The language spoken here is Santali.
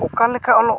ᱚᱠᱟᱞᱮᱠᱟ ᱚᱞᱚᱜᱼᱟ